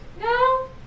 No